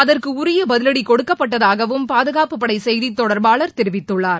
அதற்கு உரிய பதிவடி கொடுக்கப்பட்டதாகவும் பாதுகாப்புப்படை செய்தி தொடர்பாளர் தெரிவித்துள்ளார்